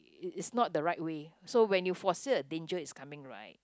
it is not the right way so when you see foresee a danger is coming right